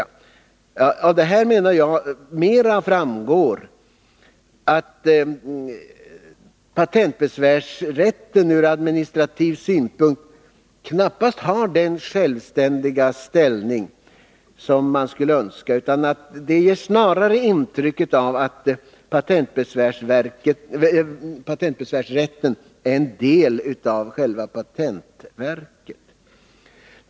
Jag menar att av detta framgår att patentbesvärsrätten ur administrativ synpunkt knappast har den självständiga ställning som man skulle önska. Snarare ges intrycket av att patentbesvärsrätten är en del av själva patentverket.